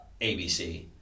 ABC